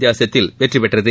வித்தியாசத்தில் வெற்றி பெற்றது